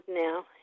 now